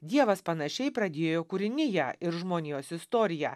dievas panašiai pradėjo kūriniją ir žmonijos istoriją